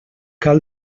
cal